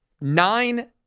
Nine